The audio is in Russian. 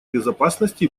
безопасности